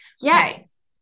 yes